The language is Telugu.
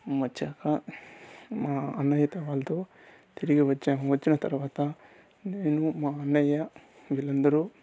వచ్చాక మా అన్నయ్యతో వాళ్ళతో తిరిగి వచ్చాము వచ్చిన తర్వాత నేను మా అన్నయ వీళ్ళందరూ